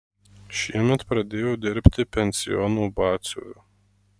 šiemet pradėjo dirbti pensiono batsiuviu